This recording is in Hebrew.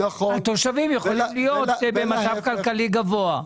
התושבים יכולים להיות במצב כלכלי גבוה.